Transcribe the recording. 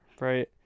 Right